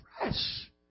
fresh